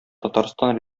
татарстан